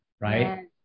right